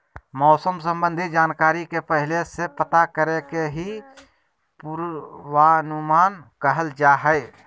मौसम संबंधी जानकारी के पहले से पता करे के ही पूर्वानुमान कहल जा हय